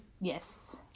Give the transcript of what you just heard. Yes